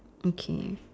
okay